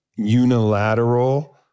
Unilateral